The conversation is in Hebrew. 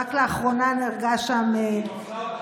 שרק לאחרונה נהרגה שם, היא מפלה אותך,